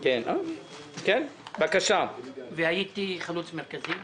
גם העבודה הסכימה להקפאה וגם ישראל ביתנו